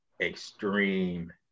extreme